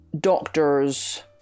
doctors